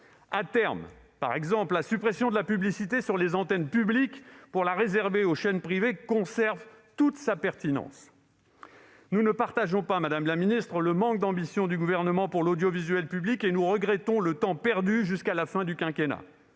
au Sénat. Par exemple, la suppression à terme de la publicité sur les antennes publiques pour la réserver aux chaînes privées conserve toute sa pertinence. Madame la ministre, nous ne partageons pas le manque d'ambition du Gouvernement pour l'audiovisuel public, et nous regrettons le temps perdu jusqu'à la fin du quinquennat.